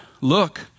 look